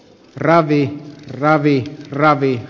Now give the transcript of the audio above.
ravi ravit ravit